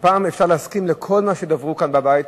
הפעם אפשר להסכים לכל מה שדיברו כאן בבית,